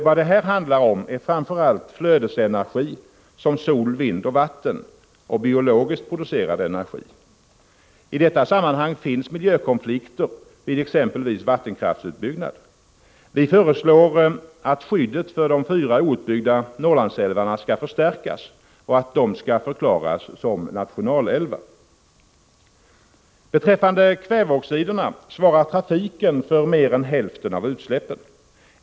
Vad det här handlar om är framför allt flödesenergi, som sol, vind och vatten och biologiskt producerad energi. I detta sammanhang finns miljö-. konflikter exempelvis i samband med vattenkraftens utbyggnad. Vi föreslog att skyddet för de fyra outbyggda Norrlandsälvarna skall förstärkas och att de skall ges ställning som nationalälvar. Beträffande kväveoxiderna gäller att trafiken svarar för mer än hälften av utsläppen.